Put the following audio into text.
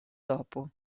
dopo